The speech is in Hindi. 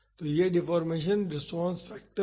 तो यह डिफ़ॉर्मेशन रेस्पॉन्स फैक्टर है